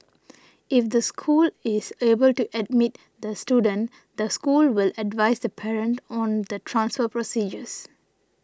if the school is able to admit the student the school will advise the parent on the transfer procedures